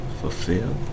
fulfilled